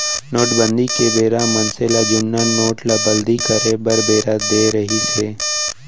नोटबंदी के बेरा मनसे ल जुन्ना नोट ल बदली करे बर बेरा देय रिहिस हे